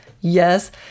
yes